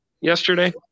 yesterday